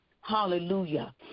Hallelujah